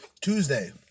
Tuesday